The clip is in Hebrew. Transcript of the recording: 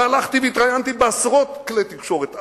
והלכתי והתראיינתי בעשרות כלי תקשורת.